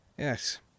Yes